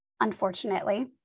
unfortunately